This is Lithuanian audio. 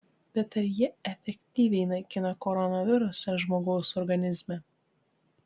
bet ar jie efektyviai naikina koronavirusą žmogaus organizme